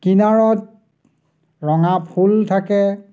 কিনাৰত ৰঙা ফুল থাকে